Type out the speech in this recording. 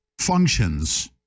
functions